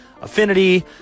Affinity